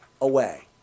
away